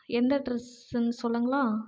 எந்த அட்ரஸ்ஸுன் சொல்லுங்களா